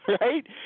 right